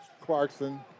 Clarkson